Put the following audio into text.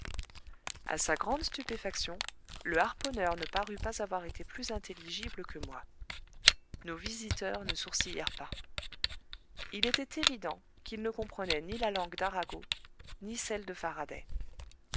a sa grande stupéfaction le harponneur ne parut pas avoir été plus intelligible que moi nos visiteurs ne sourcillèrent pas il était évident qu'ils ne comprenaient ni la langue d'arago ni celle de faraday